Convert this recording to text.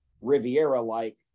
Riviera-like